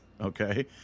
okay